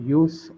use